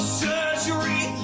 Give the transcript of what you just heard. surgery